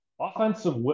offensive